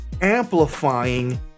amplifying